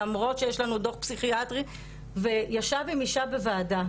למרות שיש לנו דוח פסיכיאטרי וישב עם אישה בוועדה,